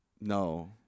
No